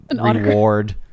reward